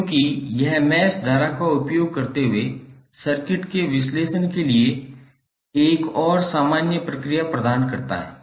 क्योंकि यह मैश धारा का उपयोग करते हुए सर्किट के विश्लेषण के लिए एक और सामान्य प्रक्रिया प्रदान करता है